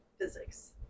physics